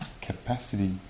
capacity